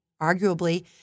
Arguably